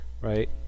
right